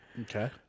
Okay